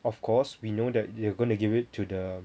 of course we know that they are gonna give it to the